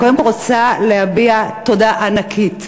אני קודם כול רוצה להביע תודה ענקית